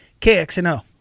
KXNO